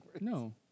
No